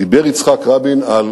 דיבר יצחק רבין על,